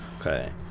Okay